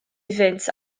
iddynt